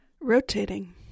Rotating